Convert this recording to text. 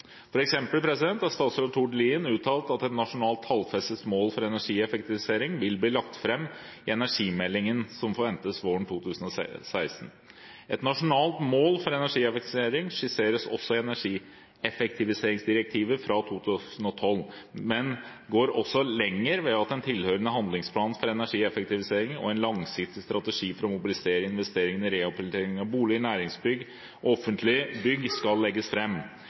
har statsråd Tord Lien uttalt at et nasjonalt tallfestet mål for energieffektivisering vil bli lagt fram i energimeldingen som forventes våren 2016. Et nasjonalt mål for energieffektivisering skisseres også i energieffektiviseringsdirektivet fra 2012, men går også lenger ved at den tilhørende handlingsplanen for energieffektivisering og en langsiktig strategi for å mobilisere investeringer i rehabilitering av bolig, næringsbygg og offentlige bygg skal legges